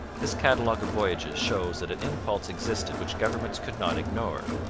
this catalogue of voyages shows that an impulse existed which governments could not ignore.